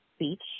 speech